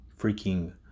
freaking